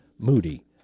Moody